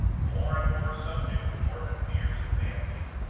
more and more subject to morbid fears and fancies,